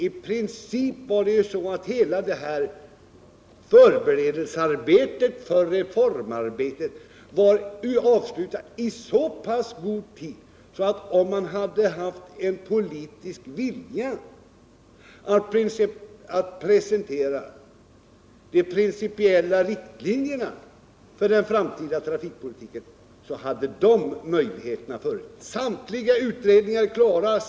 I princip var förberedelserna för reformarbetet avslutade i så pass god tid, att om man hade haft en politisk vilja att presentera de principiella riktlinjerna för den framtida trafikpolitiken, hade möjligheter härtill funnits.